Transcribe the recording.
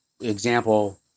example